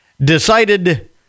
decided